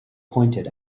pointed